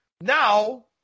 Now